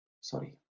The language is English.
sorry